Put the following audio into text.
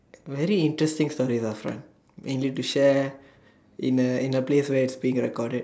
very interesting story lah friend you need to share in a in a place where it's being recorded